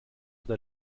oder